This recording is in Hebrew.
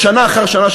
שנה אחר שנה,